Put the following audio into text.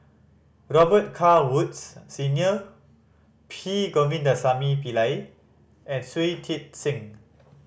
Robet Carr Woods Senior P Govindasamy Pillai and Shui Tit Sing